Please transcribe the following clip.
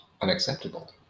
unacceptable